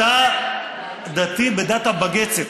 דתי בדת ה"בגצת".